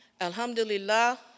Alhamdulillah